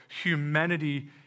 humanity